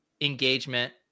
engagement